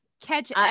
catch